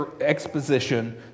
exposition